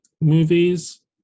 movies